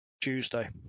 Tuesday